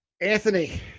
anthony